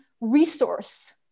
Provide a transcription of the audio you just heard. resource